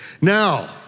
Now